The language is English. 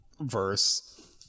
verse